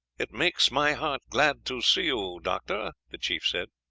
it makes my heart glad to see you, doctor, the chief said.